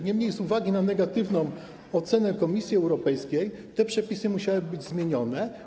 Niemniej z uwagi na negatywną ocenę Komisji Europejskiej te przepisy musiały być zmienione.